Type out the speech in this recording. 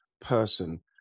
person